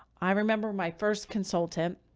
i remember my first consultant,